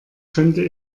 könnte